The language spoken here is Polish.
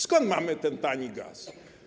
Skąd mamy ten tani gaz?